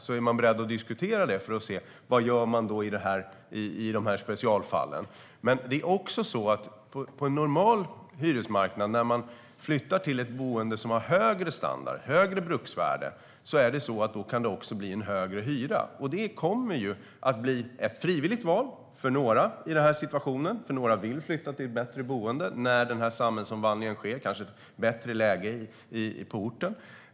Då är man beredd att diskutera det för att se vad man ska göra i de specialfallen. När en hyresgäst flyttar till ett boende som har högre standard, högre bruksvärde, på en normal hyresmarknad kan det också bli en högre hyra. Det kommer att bli ett frivilligt val för några i den här situationen. Några vill flytta till ett bättre boende när samhällsomvandlingen sker. Man kanske vill flytta till ett bättre läge på orten.